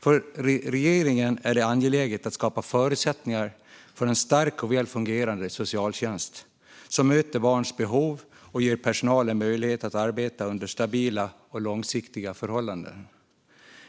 För regeringen är det angeläget att skapa förutsättningar för en stark och väl fungerande socialtjänst som möter barns behov och ger personalen möjlighet att arbeta under stabila och långsiktiga förhållanden